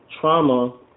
trauma